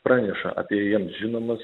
praneša apie jiems žinomas